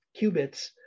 qubits